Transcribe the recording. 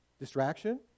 Distraction